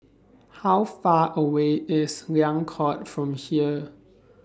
How Far away IS Liang Court from here